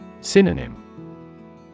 Synonym